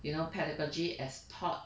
you know pedagogy as taught